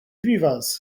vivas